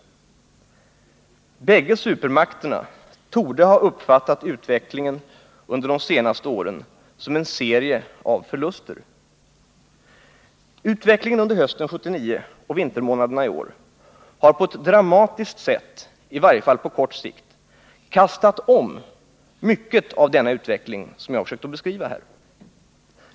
— Bägge supermakterna torde ha uppfattat utvecklingen under de senaste åren som en serie av förluster. Utvecklingen under hösten 1979 och vintermånaderna i år har på ett dramatiskt sätt, i varje fall på kort sikt, kastat om mycket av denna utveckling som jag här har försökt beskriva.